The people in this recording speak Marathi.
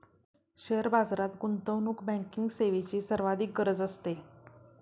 शेअर बाजारात गुंतवणूक बँकिंग सेवेची सर्वाधिक गरज असते